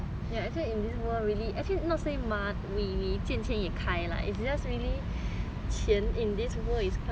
not say we 见钱眼开 lah it's just maybe 钱 in this world is quite important in that sense